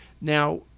Now